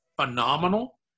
phenomenal